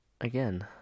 again